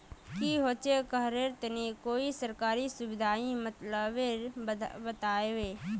की होचे करार तने कोई सरकारी सुविधा मिलबे बाई?